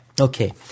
Okay